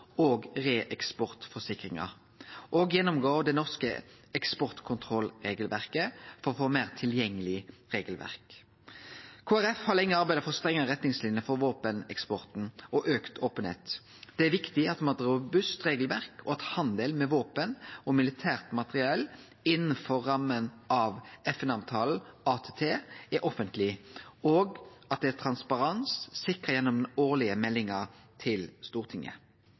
og reeksportforsikringar. Gå gjennom det norske eksportkontrollregelverket for å få eit meir tilgjengeleg regelverk.» Kristeleg Folkeparti har lenge arbeidd for strengare retningslinjer for våpeneksporten og større openheit. Det er viktig at me har eit robust regelverk, at handel med våpen og militært materiell innanfor ramma av FN-avtalen ATT er offentleg, og at det er sikra transparens gjennom den årlege meldinga til Stortinget.